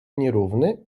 nierówny